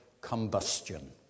Combustion